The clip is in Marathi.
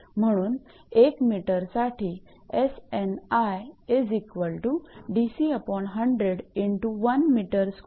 म्हणून एक मीटर साठी असेल